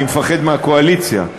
אני מפחד מהקואליציה.